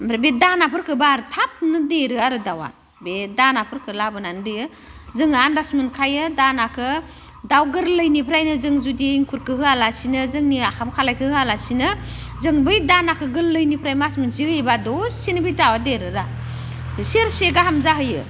ओमफ्राय बे दानाफोरखौबा आरो थाब देरो आरो दाउवा बे दानाफोरखौ लाबोनानै होयो जोङो आनदाज मोनखायो दानाखौ दाउ गोरलैनिफ्रायनो जों जुदि एंखुरखौ होआलासिनो जों ओंखाम खालायखौ होआलासिनो जों बै दानाखौ गोरलैनिफ्राय मास मोनसे होयोबा दसेनो बै दाउवा देरोरा सेरसे गाहाम जाहैयो